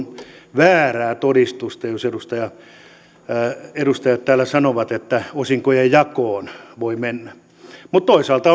väärää todistusta jos edustajat täällä sanovat että osinkojen jakoon voi mennä mutta toisaalta